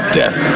death